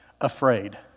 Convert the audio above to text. Afraid